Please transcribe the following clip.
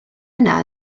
yna